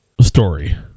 story